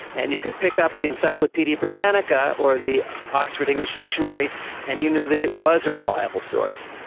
and you could pick up the encyclopaedia britannica or the oxford english dictionary and you knew that it was a reliable source.